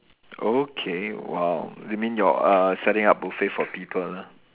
okay !wow! you mean you're uh setting up buffet for people lah